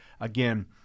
Again